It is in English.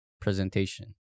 presentation